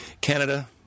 Canada